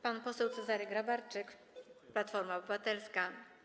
Pan poseł Cezary Grabarczyk, Platforma Obywatelska.